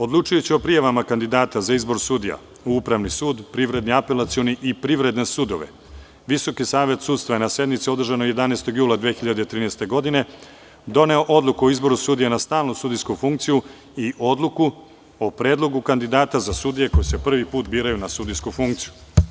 Odlučujući o prijavama kandidata za izbor sudija u Upravni sud, Privredni apelacioni i privredne sudove, VSS je na sednici održanoj 11. jula 2013. godine doneo odluku o izboru sudija na stalnu sudijsku funkciju i odluku o predlogu kandidata za sudije koje se prvi put biraju na sudijsku funkciju.